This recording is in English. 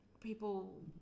people